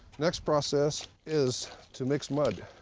next process is to mix mud.